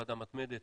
ועדה מתמדת,